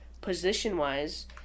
position-wise